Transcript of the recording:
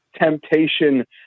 temptation